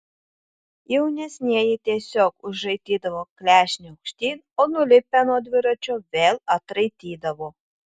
jaunesnieji tiesiog užraitydavo klešnę aukštyn o nulipę nuo dviračio vėl atraitydavo